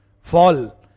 fall